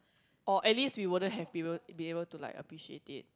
or at least we wouldn't have we will be able to like appreciate it